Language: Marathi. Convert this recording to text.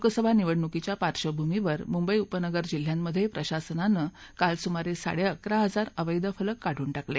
लोकसभा निवडणुकीच्या पार्श्वभूमीवर मुंबई उपनगर जिल्ह्यामधे प्रशासनानं काल सुमारे साडेअकरा हजार अवैध फलक काढून टाकले